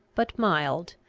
but mild,